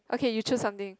okay you choose something